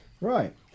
Right